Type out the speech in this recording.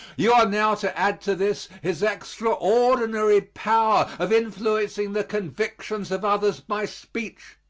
you are now to add to this his extraordinary power of influencing the convictions of others by speech,